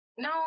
No